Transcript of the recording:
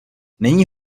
není